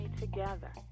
together